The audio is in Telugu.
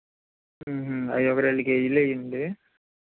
అవి ఒక రెండు కేజీలు వేయండి